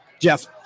Jeff